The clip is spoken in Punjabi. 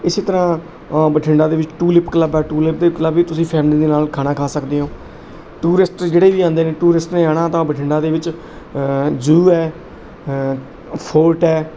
ਇਸੇ ਤਰ੍ਹਾਂ ਬਠਿੰਡਾ ਦੇ ਵਿੱਚ ਟੂਲਿਪ ਕਲੱਬ ਹੈ ਟੂਲਿਪ ਦੇ ਕਲੱਬ ਵਿੱਚ ਤੁਸੀਂ ਫੈਮਲੀ ਦੇ ਨਾਲ ਖਾਣਾ ਖਾ ਸਕਦੇ ਹੋ ਟੂਰਿਸਟ ਜਿਹੜੇ ਵੀ ਆਉਂਦੇ ਨੇ ਟੂਰਿਸਟ ਨੇ ਆਉਣਾ ਤਾਂ ਬਠਿੰਡਾ ਦੇ ਵਿੱਚ ਜੂ ਹੈ ਫੋਰਟ ਹੈ